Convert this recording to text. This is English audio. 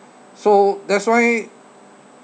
so that's why